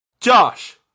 Josh